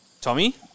Tommy